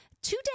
today